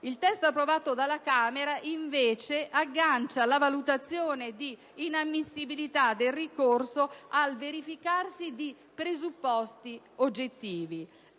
Il testo approvato dalla Camera aggancia invece la valutazione di inammissibilità del ricorso al verificarsi di presupposti oggettivi.